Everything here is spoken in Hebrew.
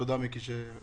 תודה מיקי.